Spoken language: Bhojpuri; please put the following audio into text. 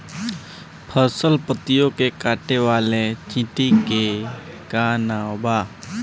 फसल पतियो के काटे वाले चिटि के का नाव बा?